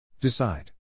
Decide